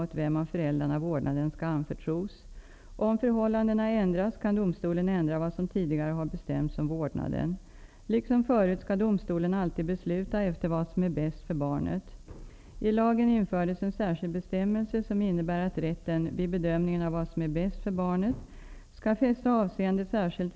Skötsamma asylsökande får ''klä skott'' för kriminella handlingar som begås av en minoritet. Inom vilken tidsram kan vi förvänta oss ett regeringsförslag som ligger i linje med arbetsgruppens förslag?